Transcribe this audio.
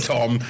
Tom